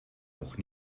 noch